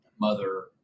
mother